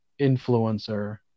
influencer